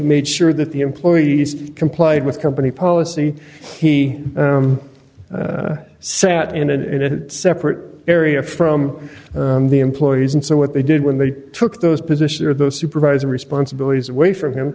made sure that the employees complied with company policy he sat in and in a separate area from the employees and so what they did when they took those positions or the supervisor responsibilities away from him